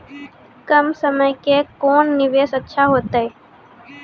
कम समय के कोंन निवेश अच्छा होइतै?